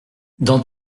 dans